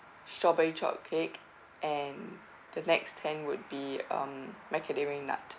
strawberry choc cake and the next ten would be um macadamia nut